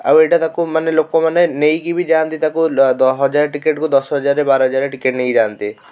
ଆଉ ଏଇଟା ତାକୁ ମାନେ ଲୋକମାନେ ନେଇକି ବି ଯାଆନ୍ତି ତାକୁ ହଜାର ଟିକେଟ୍କୁ ଦଶହଜାର ବାରହଜାର ଟିକେଟ୍ ନେଇକି ଯାଆନ୍ତି